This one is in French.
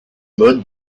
mode